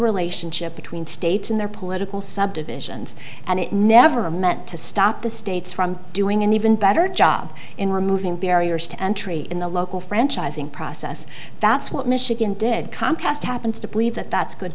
relationship between states in their political subdivisions and it never meant to stop the states from doing an even better job in removing barriers to entry in the local franchising process that's what michigan did comcast happens to believe that that's good